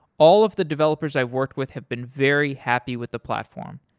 all of the developers i've worked with have been very happy with the platform.